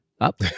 Up